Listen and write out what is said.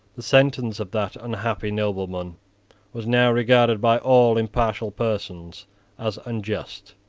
the sentence of that unhappy nobleman was now regarded by all impartial persons as unjust.